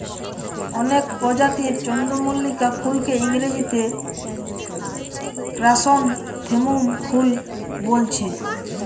অনেক প্রজাতির চন্দ্রমল্লিকা ফুলকে ইংরেজিতে ক্র্যাসনথেমুম ফুল বোলছে